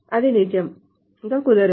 అది నిజంగా కుదరదు